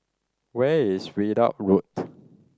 where is Ridout Road